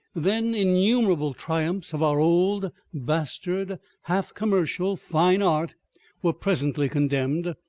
then innumerable triumphs of our old, bastard, half-commercial, fine-art were presently condemned,